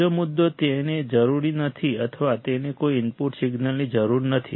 બીજો મુદ્દો તેને જરૂરી નથી અથવા તેને કોઈ ઇનપુટ સિગ્નલની જરૂર નથી